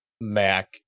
mac